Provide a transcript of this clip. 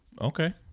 Okay